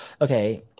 okay